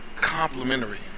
complementary